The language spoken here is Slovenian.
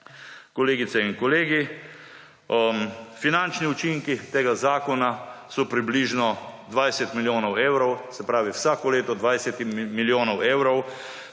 Kolegice in kolegi, finančni učinki tega zakona so približno 20 milijonov evrov, se pravi vsako leto 20 milijonov evrov.